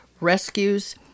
rescues